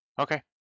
Okay